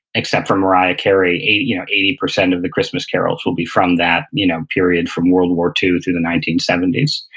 except for mariah carey, eighty you know eighty percent of the christmas carols will be from that you know period from world war ii through the nineteen seventy s.